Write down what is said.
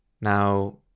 Now